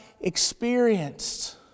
experienced